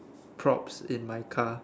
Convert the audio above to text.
props in my car